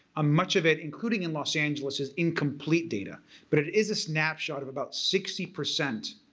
ah much of it including in los angeles is incomplete data but it is a snapshot of about sixty percent